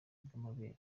bw’amabere